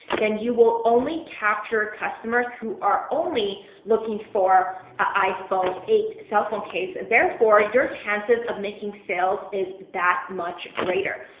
then you will only capture customers who are only looking for an iphone eight cell phone case, therefore, your chances of making sales is that much greater.